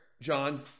John